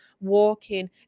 walking